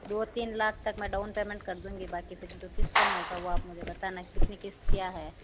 दो तीन लाख तक मैं डाउन पेमेंट कर दूंगी बाकि फिर जो किश्तों में होगा वो आप मुझे बताना कितनी किश्त क्या है